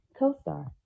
CoStar